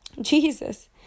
Jesus